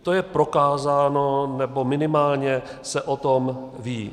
To je prokázáno, nebo minimálně se o tom ví.